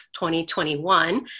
2021